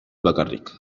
bakarrik